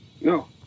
No